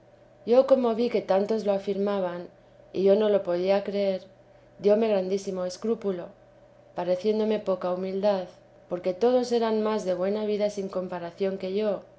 yo como vi que tantos lo afirmaban y yo no lo podía creer dióme grandísimo escrúpulo pareciéndome poca humildad porque todos eran más de buena vida sin comparación que yo